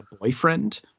boyfriend